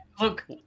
Look